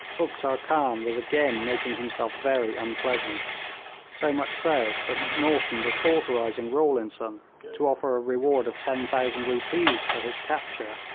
uktar khan was again making himself very unpleasant so much so that macnaghten was authorising rawlinson to offer a reward of ten thousand rupees for his capture,